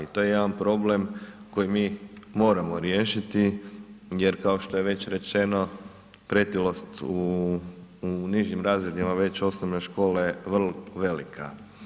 I to je jedan problem koji mi moramo riješiti jer kao što je već rečeno pretilost u nižim razredima već osnovne škole je vrlo velika.